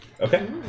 Okay